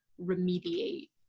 remediate